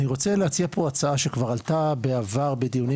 אני רוצה להציע פה הצעה שכבר עלתה בעבר בדיונים